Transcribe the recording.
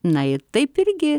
na ir taip irgi